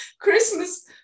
Christmas